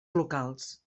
locals